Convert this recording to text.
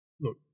look